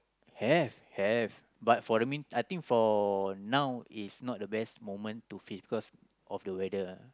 have have but for the mean I think for now is not the best moment to fish because of the weather ah